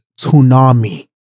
tsunami